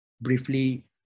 briefly